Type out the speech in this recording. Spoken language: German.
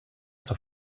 zur